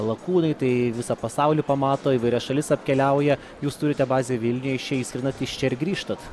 lakūnai tai visą pasaulį pamato įvairias šalis apkeliauja jūs turite bazę vilniuje iš čia išskrendat iš čia ir grįžtat